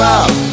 up